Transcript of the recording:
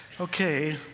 okay